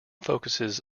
focuses